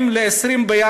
שלוש דקות.